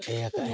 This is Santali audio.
ᱞᱟᱹᱭ ᱠᱟᱜ ᱟᱭ